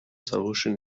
solution